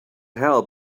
help